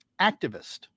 activist